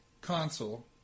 Console